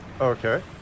Okay